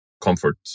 comfort